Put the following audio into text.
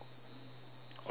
okay